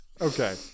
okay